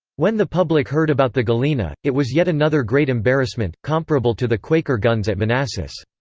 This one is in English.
when the public heard about the galena, it was yet another great embarrassment, comparable to the quaker guns at manassas.